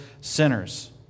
sinners